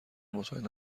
مطمئن